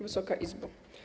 Wysoka Izbo!